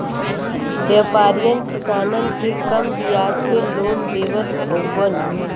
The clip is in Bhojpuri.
व्यापरीयन किसानन के कम बियाज पे लोन देवत हउवन